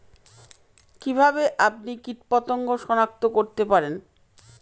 কিভাবে আপনি কীটপতঙ্গ সনাক্ত করতে পারেন?